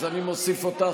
אז אני מוסיף אותך,